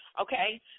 Okay